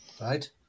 Right